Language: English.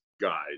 guys